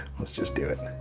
let's just do it.